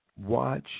Watch